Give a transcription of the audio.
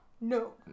No